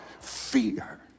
fear